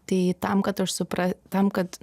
tai tam kad aš supra tam kad